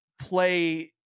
play